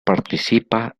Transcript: participa